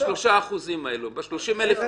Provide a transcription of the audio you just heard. ב-3% האחוזים האלו, ב-30,000 תיקים.